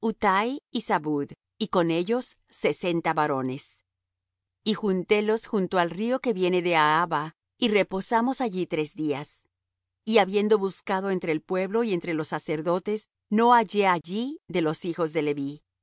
y zabud y con ellos sesenta varones y juntélos junto al río que viene á ahava y reposamos allí tres días y habiendo buscado entre el pueblo y entre los sacerdotes no hallé allí de los hijos de leví